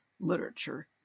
literature